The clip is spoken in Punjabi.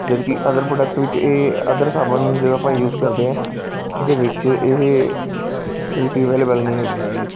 ਜਦੋਂ ਕਿ ਅਦਰ ਪ੍ਰੋਡਕਟ ਵਿੱਚ ਇਹ ਅਦਰ ਸਾਬਣ ਜਦੋਂ ਆਪਾਂ ਯੂਜ ਕਰਦੇ ਹਾਂ ਉਹਦੇ ਵਿੱਚ ਇਹ ਫਿਲਟੀ ਅਵੇਲੇਬਲ ਨਹੀਂ ਹੈਗੀ ਜੀ